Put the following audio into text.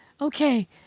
okay